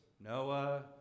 Noah